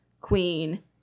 queen